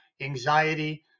anxiety